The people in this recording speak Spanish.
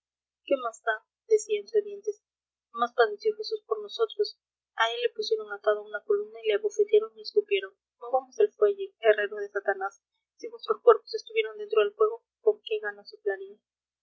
qué más da decía entre dientes más padeció jesús por nosotros a él le pusieron atado a una columna y le abofetearon y escupieron movamos el fuelle herreros de satanás si vuestros cuerpos estuvieran dentro del fuego con qué ganas